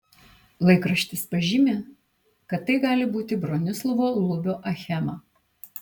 laikraštis pažymi kad tai gali būti bronislovo lubio achema